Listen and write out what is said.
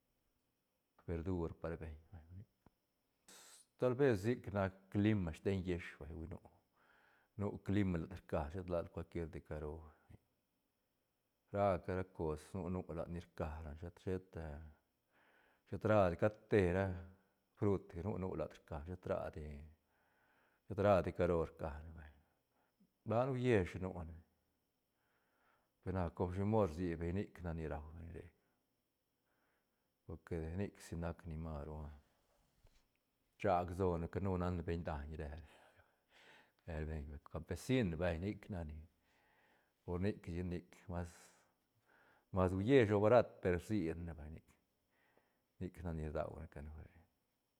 Verdur par ra beñ vay tal ves sic nac clima sten yiësh vay hui nu- nu clima lat rcane shet ladi cual quier te caro ra ca ra cos nu- nu lat ni rca ra ne shet- sheta shet radi cat te ra frut ga nu- nu lat rcane shet ladi shet radi caro rca ne vay la ne huiesh nu ne per na com shi mod rsi beñ nic nac ni rau beñ re por que nic si nac ni maru rchac lsone ca nu nac ne beñ daiñ re la re ra beñ vay campesin vay nic nac ni por nic chic nic mas- mas huiesh o barat per rsi ne- ne vay nic- nic nac ni rdaune canu re.